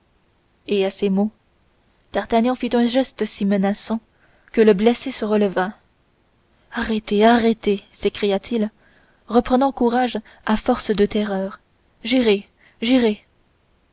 et à ces mots d'artagnan fit un geste si menaçant que le blessé se releva arrêtez arrêtez s'écria-t-il reprenant courage à force de terreur j'irai j'irai